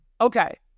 Okay